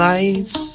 Lights